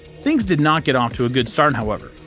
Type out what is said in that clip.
things did not get off to a good start, however,